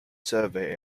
survey